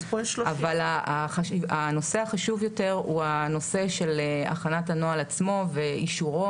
אבל הנושא החשוב יותר הוא הנושא של הכנת הנוהל עצמו ואישורו.